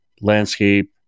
landscape